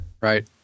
Right